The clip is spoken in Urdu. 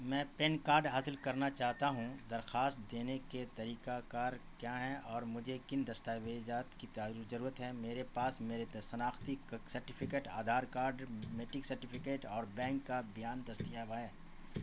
میں پین کاڈ حاصل کرنا چاہتا ہوں درخواست دینے کے طریقہ کار کیا ہیں اور مجھے کن دستاویزات کی ضرورت ہے میرے پاس میرے شناختی certificate Aadhaar card matric certificate اور بینک کا بیان دستیاب ہے